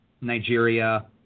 Nigeria